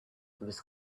was